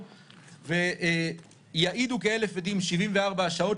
ייאמר לפרוטוקול שהיושב-ראש מתכוון